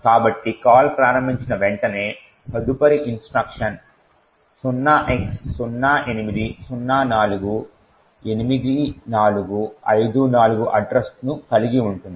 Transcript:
కాబట్టి కాల్ ప్రారంభించిన వెంటనే తదుపరి ఇన్స్ట్రక్షన్ 0x08048454 అడ్రస్ను కలిగి ఉంటుంది